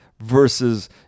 Versus